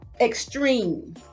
extreme